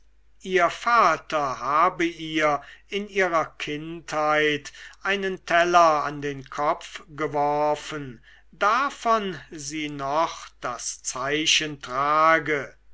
ihr vater habe ihr in ihrer kindheit einen teller an den kopf geworfen davon sie noch das zeichen trage